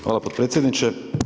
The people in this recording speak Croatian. Hvala potpredsjedniče.